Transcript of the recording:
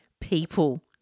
People